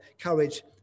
courage